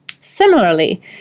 Similarly